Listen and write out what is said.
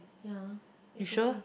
ya it's okay